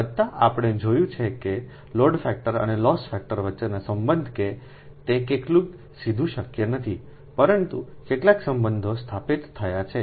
વત્તા આપણે જોયું છે કે લોડ ફેક્ટર અને લોસ ફેક્ટર વચ્ચેનો સંબંધ કે તે કેટલું સીધું શક્ય નથી પરંતુ કેટલાક સંબંધો સ્થાપિત થયા છે